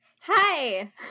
Hi